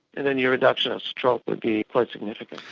and then your reduction of stroke would be quite significant.